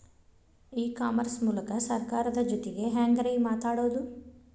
E commerce ಮೂಲಕ ಸರ್ಕಾರದ ಜೊತಿಗೆ ಹ್ಯಾಂಗ್ ರೇ ಮಾತಾಡೋದು?